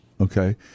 Okay